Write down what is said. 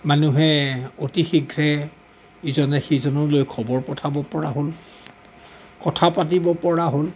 মানুহে অতি শীঘ্ৰে ইজনে সিজনলৈ খবৰ পঠাব পৰা হ'ল কথা পাতিব পৰা হ'ল